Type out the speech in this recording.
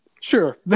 Sure